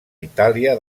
itàlia